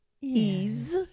Ease